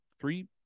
three